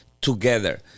together